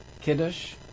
kiddush